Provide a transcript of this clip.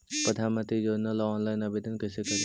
प्रधानमंत्री योजना ला ऑनलाइन आवेदन कैसे करे?